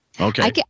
Okay